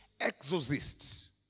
exorcists